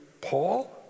Paul